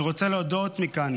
אני רוצה להודות מכאן